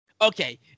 Okay